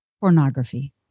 pornography